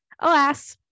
alas